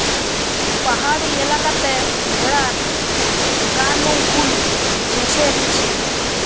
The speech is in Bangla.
পাহাড়ি এলাকাতে ভেড়ার গা নু উল চেঁছে লিছে